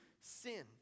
sin